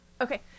Okay